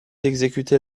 exécuter